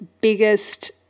biggest